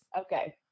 Okay